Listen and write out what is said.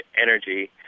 energy